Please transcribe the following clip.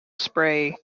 spray